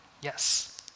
yes